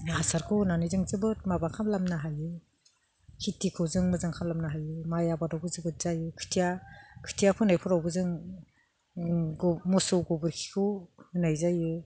हासारखौ होनानै जों जोबोद माबा खालामनो हायो खेतिखौ जों मोजां खालामनो हायो माइ आबादावबो जोबोद जायो खोथिया फोनायफोरावबो जों मोसौ गोबोरखिखौ होनाय जायो